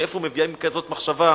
מאיפה מביאים כזאת מחשבה,